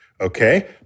Okay